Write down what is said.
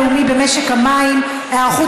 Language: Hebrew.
בנושא: המשבר הלאומי במשק המים וההיערכות